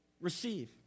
receive